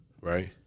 Right